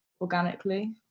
organically